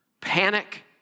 panic